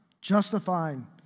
justifying